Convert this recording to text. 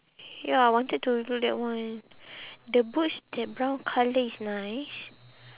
ya I wanted to do that one the boots that brown colour is nice